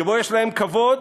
שבו יש להם כבוד,